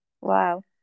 Wow